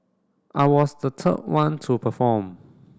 I was the third one to perform